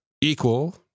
equal